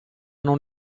non